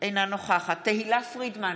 אינה נוכחת תהלה פרידמן,